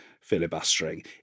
filibustering